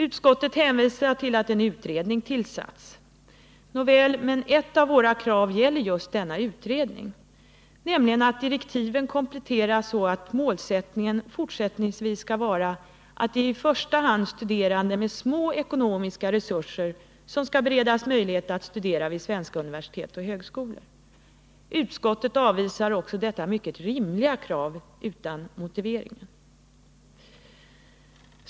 Utskottet hänvisar till att en utredning har tillsatts. Nåväl, men ett av våra krav gäller just denna utredning, nämligen att direktiven kompletteras så att målsättningen fortsättningsvis skall vara att i första hand studerande med små ekonomiska resurser skall beredas möjlighet att studera vid svenska universitet och högskolor. Utskottet avvisar utan motivering också detta mycket rimliga krav.